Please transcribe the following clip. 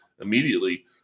immediately